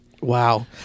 Wow